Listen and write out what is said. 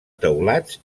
teulats